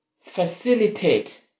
facilitate